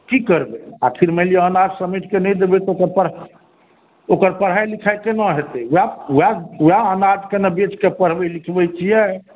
की करबै आखिर मानि लिअ अनाज समेटके नहि देबै तऽ ओकर पढ़ाई लिखाई केना हेतै ओएह अनाजके बेचके ने पढ़बै लिखबै छियै